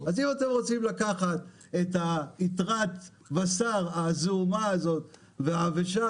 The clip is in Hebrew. אז אם אתם רוצים לקחת את ליטרת הבשר הזעומה והעבשה